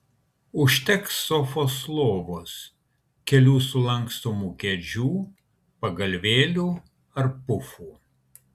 užteks sofos lovos kelių sulankstomų kėdžių pagalvėlių ar pufų